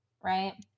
right